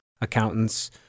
accountants